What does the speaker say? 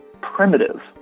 primitive